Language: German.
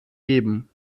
geben